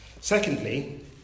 Secondly